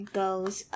goes